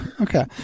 okay